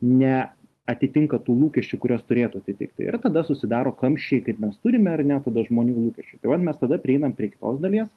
ne atitinka tų lūkesčių kuriuos turėtų atitikt tai yra tada susidaro kamščiai kaip mes turime ar ne tada žmonių lūkesčių tai vat mes tada prieinam prie kitos dalies